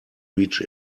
reach